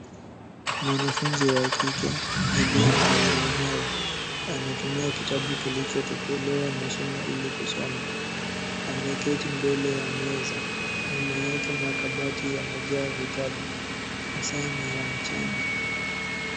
Mwanafunzi wa kike aliye na ulemavu anatumia kitabu kilichotobolewa mashimo ili kusoma ameketi mbele ya meza. Nyuma yake makabati yamejaa vitabu masaa ni ya mchana.